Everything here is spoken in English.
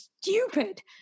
stupid